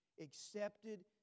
accepted